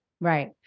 right